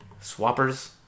swappers